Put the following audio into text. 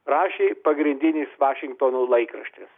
rašė pagrindinis vašingtono laikraštis